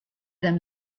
them